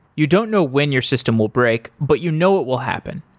you don't know when your system will break, but you know it will happen.